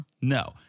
No